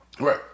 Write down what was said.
Right